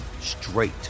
straight